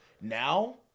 now